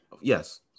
Yes